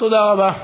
תודה רבה.